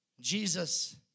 Jesus